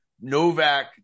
Novak